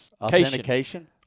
Authentication